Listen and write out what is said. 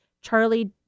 Charlie